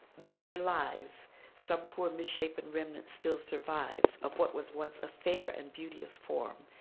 with their lives some poor misshapen remnant still survives of what was once a fair and beauteous form.